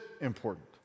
important